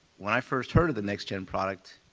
when i first heard of the next gen product.